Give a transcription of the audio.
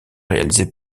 réalisés